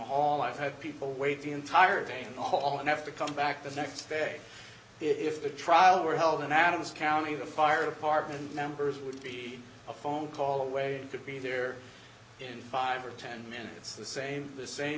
hall i've had people wait the entire thing all and have to come back the next day if the trial six were held in adams county the fire department members would be a phone call away and could be there in five or ten minutes the same the same